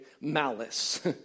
Malice